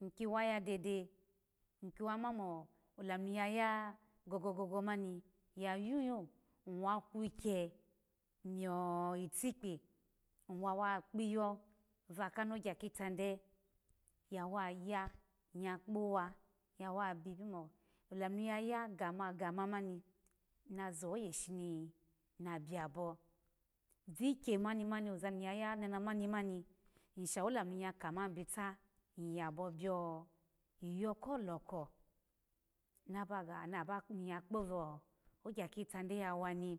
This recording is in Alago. iki waya dede iki wama mo olamu ni yu gogo ma ya yulo ikiwa kwikye miyo o itikpi iwo wa kpiyo vaka nogya kitade ya wa ya iya kpowa iya we bi olamu ni ya gama gama mani na zoye ishini na biyabo vikyenimani oza niya ya amana mani mani ishawo lamu ni ya ka ma bita iyabo biyo ko loko anabo niya kpo vogya ya wani